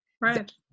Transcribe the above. right